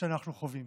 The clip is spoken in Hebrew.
שאנחנו חווים.